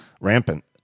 rampant